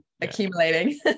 accumulating